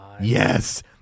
Yes